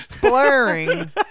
blaring